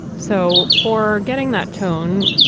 so for getting that tone,